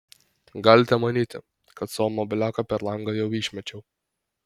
galite manyti kad savo mobiliaką per langą jau išmečiau